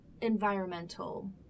environmental